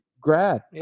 grad